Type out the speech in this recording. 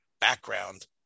background